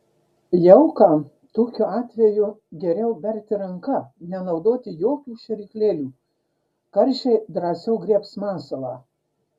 jauką tokiu atveju geriau berti ranka nenaudoti jokių šėryklėlių karšiai drąsiau griebs masalą